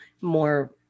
more